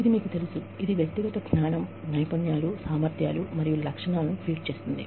ఇది మీకు తెలుసు ఇది వ్యక్తిగత జ్ఞానం నైపుణ్యాలు సామర్థ్యాలు మరియు లక్షణాలు ఫీడ్ చేస్తుంది